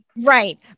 Right